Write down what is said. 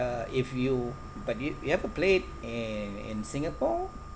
if you but you you ever played in in singapore